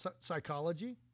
psychology